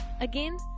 Again